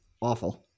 Awful